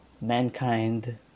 Mankind